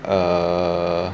err